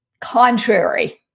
contrary